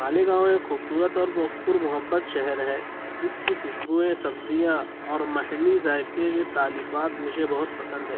مالیگاؤں ایک خوبصورت اور وہ پر محبت شہر ہے جس کی خوشبوئیں سبزیاں اور محلی ذائقے کے تالیفات مجھے بہت پسند ہے